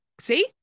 See